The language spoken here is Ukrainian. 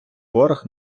горах